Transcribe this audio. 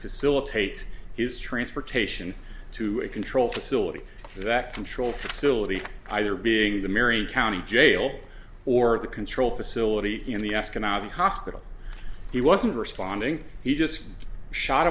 facilitate his transportation to a control facility that control facility either being the marion county jail or the control facility in the eskenazi hospital he wasn't responding he just shot